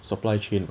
supply chain